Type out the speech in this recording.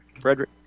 Frederick